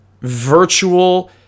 virtual